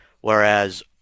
Whereas